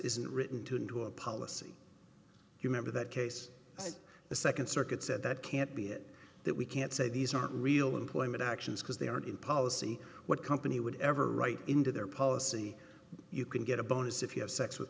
isn't written to do a policy you member that case the second circuit said that can't be it that we can't say these aren't real employment actions because they aren't in policy what company would ever write into their policy you can get a bonus if you have sex with